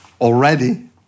already